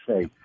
say